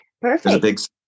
perfect